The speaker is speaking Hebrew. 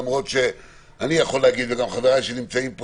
למרות שאני וגם חבריי שנמצאים פה,